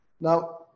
Now